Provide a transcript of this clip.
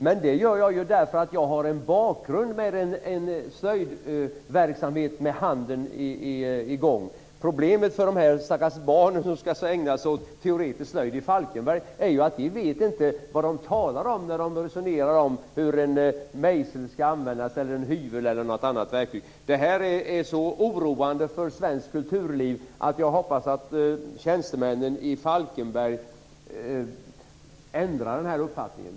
Men det gör jag därför att jag har en bakgrund där jag har hållit på med slöjd och fått använda händerna. Problemet för de stackars barn som skall ägna sig åt teoretisk slöjd i Falkenberg är att de inte vet vad lärarna talar om när de resonerar om hur en mejsel, en hyvel eller något annat verktyg skall användas. Detta är så oroande för svenskt kulturliv att jag hoppas att tjänstemännen i Falkenberg ändrar sin uppfattning.